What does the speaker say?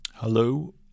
Hello